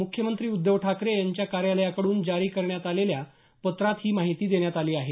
मुख्यमंत्री उद्धव ठाकरे यांच्या कार्यालयाकडून जारी करण्यात आलेल्या पत्रात ही माहिती देण्यात आली आहे